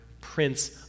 Prince